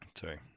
Sorry